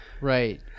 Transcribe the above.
Right